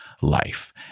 life